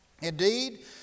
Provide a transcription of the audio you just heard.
Indeed